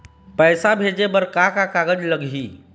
पैसा भेजे बर का का कागज लगही?